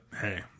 hey